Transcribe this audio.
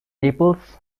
naples